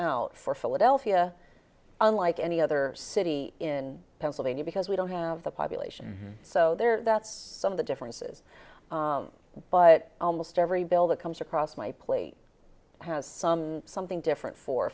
out for philadelphia unlike any other city in pennsylvania because we don't have the population so there that's some of the differences but almost every bill that comes across my plate has some something different for